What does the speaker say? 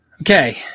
okay